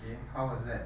okay how was that